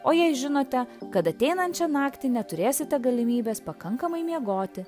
o jei žinote kad ateinančią naktį neturėsite galimybės pakankamai miegoti